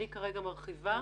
אני כרגע מרחיבה